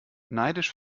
neidisch